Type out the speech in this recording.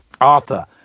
arthur